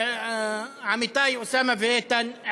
ועמיתי אוסאמה ואיתן,